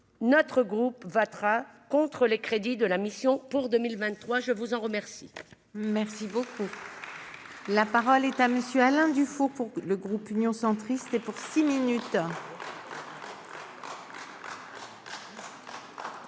notre groupe votera contre les crédits de la mission, pour 2023 je vous en remercie.